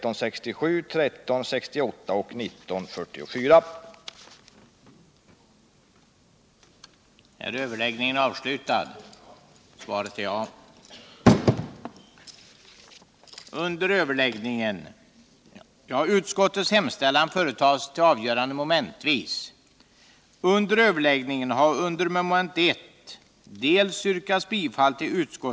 den det ej vill röstar nej. den det ej vill röstar nej. den det ej vill röstar nej. den det ej vill röstar nej.